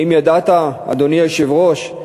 האם ידעת, אדוני היושב-ראש,